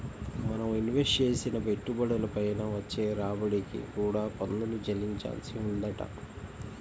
మనం ఇన్వెస్ట్ చేసిన పెట్టుబడుల పైన వచ్చే రాబడికి కూడా పన్నులు చెల్లించాల్సి వుంటది